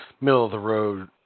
middle-of-the-road